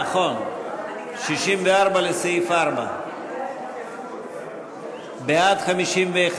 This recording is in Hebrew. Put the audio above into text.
נכון: 64 לסעיף 4. ההסתייגות (64)